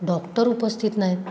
doctor उपस्थित नाहीत